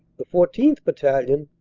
the fourteenth. battalion,